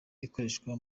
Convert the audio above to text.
ikoreshwa